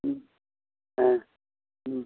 ம் ஆ ம்